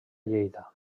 lleida